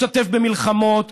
משתתף במלחמות,